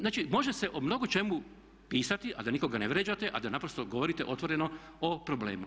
Znači može se o mnogo čemu pisati a da nikoga ne vrijeđate a da naprosto govorite otvoreno o problemu.